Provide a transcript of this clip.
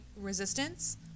resistance